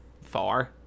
far